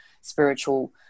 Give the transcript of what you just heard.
spiritual